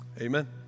Amen